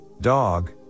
dog